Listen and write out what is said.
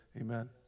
amen